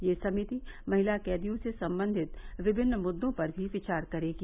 यह समिति महिला कैदियों से संबंधित विभिन्न मुद्दों पर भी विचार करेगी